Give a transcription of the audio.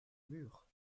mur